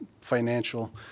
financial